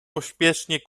pośpiesznie